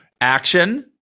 action